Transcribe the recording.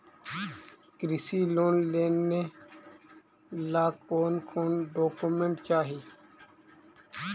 कृषि लोन लेने ला कोन कोन डोकोमेंट चाही?